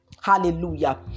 Hallelujah